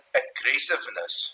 aggressiveness